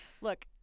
Look